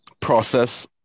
process